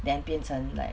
then 变成 like